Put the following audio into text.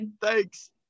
Thanks